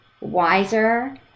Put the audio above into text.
wiser